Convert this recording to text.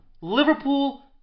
Liverpool